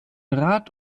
rad